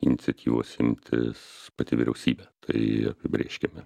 iniciatyvos imtis pati vyriausybė tai apibrėžkime